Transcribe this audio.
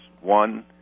One